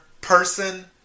person